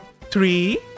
three